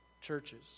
churches